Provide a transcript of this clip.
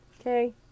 Okay